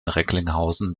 recklinghausen